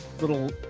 little